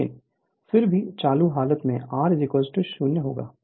लेकिन फिर भी चालू हालत में R 0 होगा